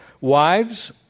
Wives